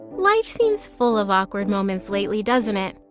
life seems full of awkward moments lately, doesn't it?